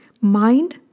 Mind